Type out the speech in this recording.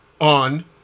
on